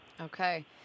Okay